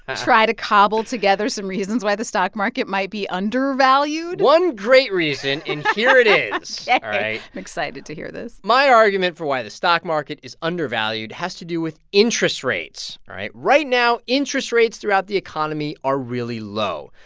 ah try to cobble together some reasons why the stock market might be undervalued? one great reason, and here it is, yeah all right? ok. i'm excited to hear this my argument for why the stock market is undervalued has to do with interest rates, all right? right now, interest rates throughout the economy are really low.